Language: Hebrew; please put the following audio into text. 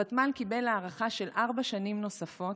הוותמ"ל קיבל הארכה של ארבע שנים נוספות,